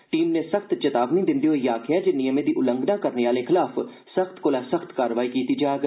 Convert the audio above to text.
team नै सख्त चेतावनी दिंदे होई आखेआ जे नियमें दी उल्लंघना करने आहलें खलाफ सख्त कोला सख्त कार्रवाई कीती जाग